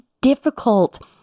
difficult